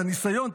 את הניסיון,